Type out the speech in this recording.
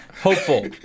Hopeful